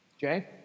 jay